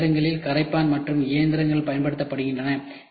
சில நேரங்களில் கரைப்பான் மற்றும் இயந்திரங்கள் பயன்படுத்தப்படுகின்றன